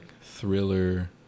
thriller